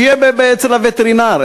שיהיה אצל הווטרינר,